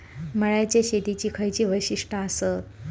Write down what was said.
मळ्याच्या शेतीची खयची वैशिष्ठ आसत?